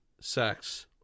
sex